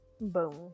boom